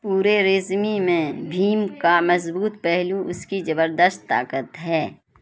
پورے ریزمی میں بھیم کا مضبوط پہلو اس کی زبردست طاقت ہے